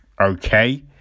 Okay